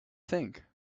think